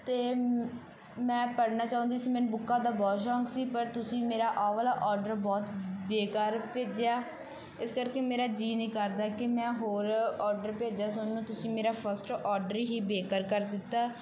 ਅਤੇ ਮੈਂ ਪੜ੍ਹਨਾ ਚਾਹੁੰਦੀ ਸੀ ਮੈਨੂੰ ਬੁੱਕਾਂ ਦਾ ਬਹੁਤ ਸ਼ੌਂਕ ਸੀ ਪਰ ਤੁਸੀਂ ਮੇਰਾ ਆਹ ਵਾਲਾ ਆਰਡਰ ਬਹੁਤ ਬੇਕਾਰ ਭੇਜਿਆ ਇਸ ਕਰਕੇ ਮੇਰਾ ਜੀ ਨਹੀਂ ਕਰਦਾ ਕਿ ਮੈਂ ਹੋਰ ਆਰਡਰ ਭੇਜਾ ਤੁਹਾਨੂੰ ਤੁਸੀਂ ਮੇਰਾ ਫਸਟ ਔਡਰ ਹੀ ਬੇਕਾਰ ਕਰ ਦਿੱਤਾ